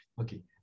Okay